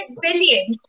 billion